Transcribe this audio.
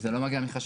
זה לא מגיע מחשש.